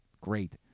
great